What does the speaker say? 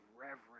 reverence